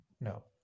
No